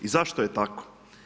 I zašto je tako?